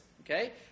Okay